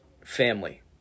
family